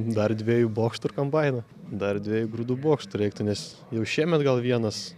dar dviejų bokštų ir kombaino dar dvejų grūdų bokštų reiktų nes jau šiemet gal vienas